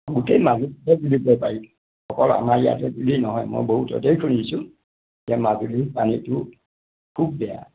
গোটেই মাজুলীতেই বুলিব পাৰি অকল আমাৰ ইয়াতে বুলিয়েই নহয় মই বহুততে ঘূৰিছোঁ এতিয়া মাজুলীৰ পানীটো খুব বেয়া